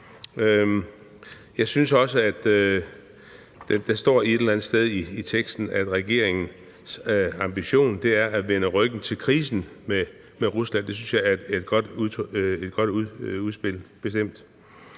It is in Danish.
jeg er vigtigt. Der står et eller andet sted i teksten, at regeringens ambition er at vende ryggen til krisen med Rusland. Det synes jeg er et godt udspil, bestemt.